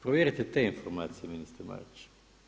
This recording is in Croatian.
Provjerite te informacije ministre Mariću.